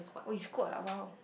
oh you squat ah !wow!